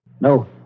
No